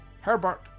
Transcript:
Herbert